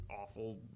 awful